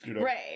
Right